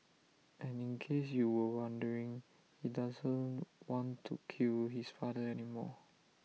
and in case you were wondering he doesn't want to kill his father anymore